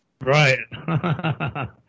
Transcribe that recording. Right